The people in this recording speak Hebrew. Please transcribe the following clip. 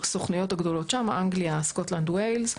הסוכנויות הגדולות שם, אנגליה, סקוטלנד, ווילס.